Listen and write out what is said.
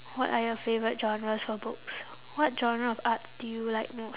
what are your favourite genres of books what genre of art do you like most